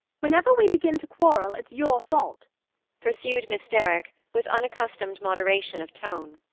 whenever we begin to quarrel it's your fault pursued miss derrick, with unaccustomed moderation of tone.